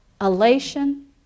elation